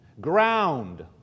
ground